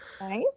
nice